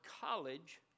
college